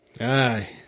Aye